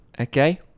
Okay